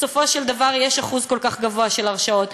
בסופו של דבר יש אחוז כל כך גבוה של הרשעות,